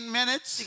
minutes